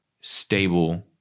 stable